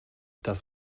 das